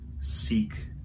seek